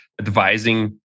advising